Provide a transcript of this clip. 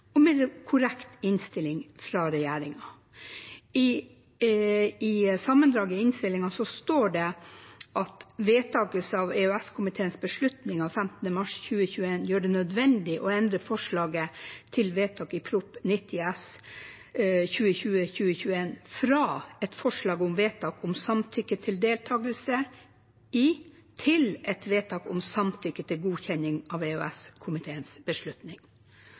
og med en korrekt innstilling fra regjeringen. I sammendraget i innstillingen står det at «vedtakelse av EØS-komiteens beslutning av 15. mars 2021 gjør det nødvendig å endre forslaget til vedtak i Prop. 90 S , fra et forslag om vedtak om samtykke til deltakelse i til et vedtak om samtykke til godkjenning av EØS-komiteens beslutning.»